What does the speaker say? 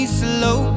slow